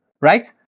right